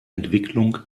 entwicklung